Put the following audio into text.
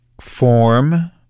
form